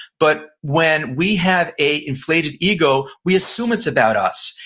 but when we have a inflated ego we assume it's about us.